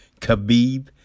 Khabib